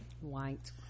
white